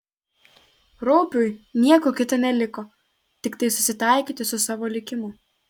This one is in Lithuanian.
raupiui nieko kita neliko tiktai susitaikyti su savo likimu